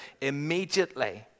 Immediately